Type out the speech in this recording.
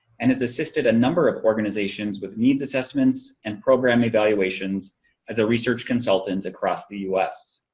and has assisted a number of organizations with needs assessments and program evaluations as a research consultant across the u s.